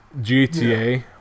GTA